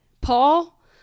Paul